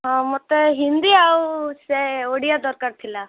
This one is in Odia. ହଁ ମୋତେ ହିନ୍ଦୀ ଆଉ ସେ ଓଡ଼ିଆ ଦରକାର ଥିଲା